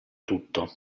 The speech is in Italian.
tutto